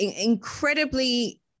incredibly